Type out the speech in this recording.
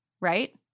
right